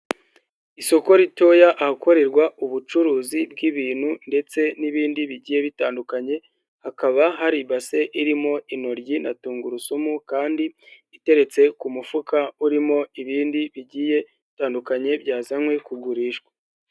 Isoko ritoya ahakorerwa ubucuruzi bw'ibintu ndetse n'ibindi bigiye bitandukanye, hakaba hari ibase irimo intoryi na tungurusumu kandi iteretse ku mufuka urimo ibindi bigiye bitandukanye byazanwe kugurishwa.